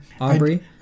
Aubrey